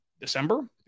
December